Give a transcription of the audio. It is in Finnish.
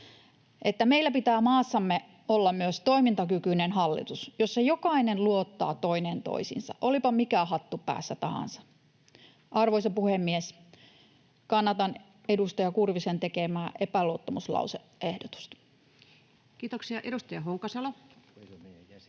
meillä pitää maassamme olla myös toimintakykyinen hallitus, jossa jokainen luottaa toinen toisiinsa, olipa mikä hattu päässä tahansa. Arvoisa puhemies! Kannatan edustaja Kurvisen tekemää epäluottamuslause-ehdotusta. [Speech 131] Speaker: